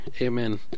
Amen